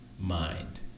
mind